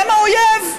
הם האויב.